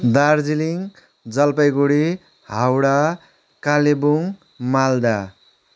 Darjeeling Jalpaiguri Howrah Kalimpong Malda